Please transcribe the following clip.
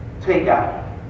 takeout